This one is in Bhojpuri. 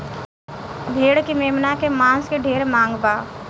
भेड़ के मेमना के मांस के ढेरे मांग बा